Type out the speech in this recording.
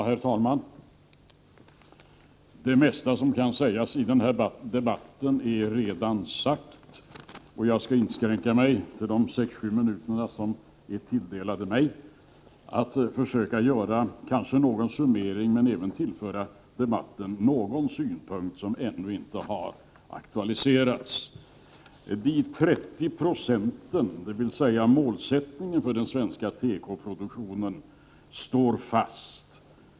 Herr talman! Det mesta som kan sägas i denna debatt är redan sagt, och jag skall inskränka mig till, under de 6-7 minuter som är tilldelade mig, att försöka göra en summering men även tillföra debatten någon synpunkt som ännu inte har aktualiserats. Målsättningen 30 26 svensk tekoproduktion står fast.